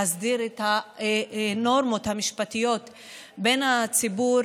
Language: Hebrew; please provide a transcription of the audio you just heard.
להסדיר את הנורמות המשפטיות בין הציבור